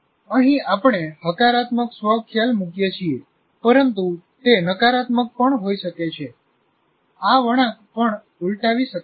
અહીં આપણે હકારાત્મક સ્વ ખ્યાલ મૂકીએ છીએ પરંતુ તે નકારાત્મક પણ હોઈ શકે છે આ વળાંક પણ ઉલટાવી શકાય છે